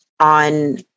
on